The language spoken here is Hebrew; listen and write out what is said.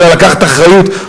אלא לקחת אחריות,